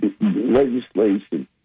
legislation